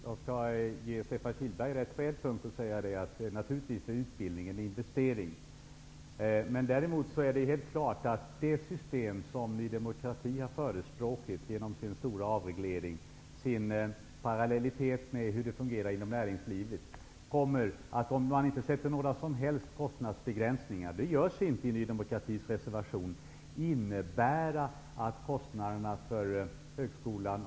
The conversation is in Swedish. Herr talman! Jag skall ge Stefan Kihlberg rätt på en punkt och säga att utbildning naturligtvis är en investering, men däremot är det helt klart att det system som Ny demokrati förespråkar -- som innebär en stor avreglering och som är parallellt med hur det fungerar inom näringslivet -- kommer att innebära att kostnaderna för högskolan och forskningen kommer att öka, om man inte sätter några som helst kostnadsbegränsningar.